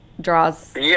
draws